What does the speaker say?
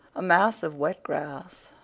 a mass of wet grass,